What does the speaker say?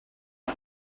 eux